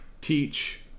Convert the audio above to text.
teach